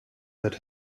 that